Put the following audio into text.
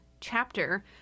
chapter